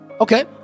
okay